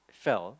fell